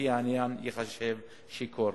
לפי העניין, ייחשב שיכור.